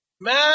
Man